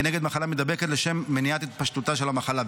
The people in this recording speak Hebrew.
כנגד מחלה מידבקת לשם מניעת התפשטותה של המחלה,